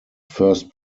first